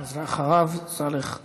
אחריו, סאלח סעד.